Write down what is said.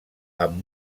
amb